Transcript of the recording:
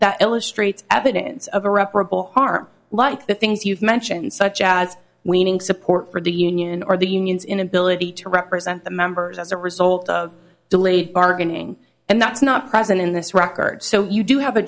that illustrates evidence of irreparable harm like the things you've mentioned such as winning support for the union or the unions inability to represent the members as a result of delayed bargaining and that's not present in this record so you do have a